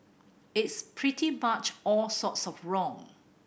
it's pretty much all sorts of wrong